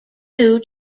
due